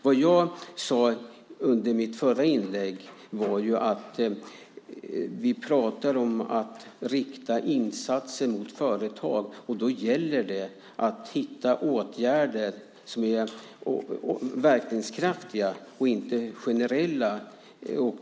Vad jag sade i mitt förra inlägg var att när det gäller att rikta insatser mot företag gäller det att hitta åtgärder som är verkningskraftiga och inte generella.